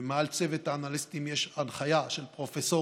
ומעל צוות האנליסטים יש הנחיה של פרופסורים,